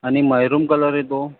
आणि maroon colour येतो